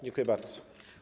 Dziękuję bardzo.